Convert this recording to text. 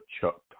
Chuck